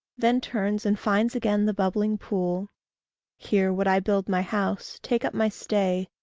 then turns and finds again the bubbling pool here would i build my house, take up my stay,